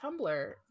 Tumblr